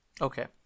Okay